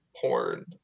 porn